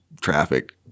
traffic